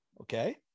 Okay